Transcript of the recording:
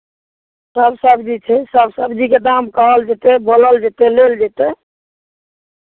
सभ सबजी छै सभ सबजीके दाम कहल जेतै बोलल जेतै लेल जेतै